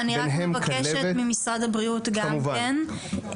אני רק מבקשת ממשרד הבריאות גם כן,